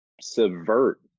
subvert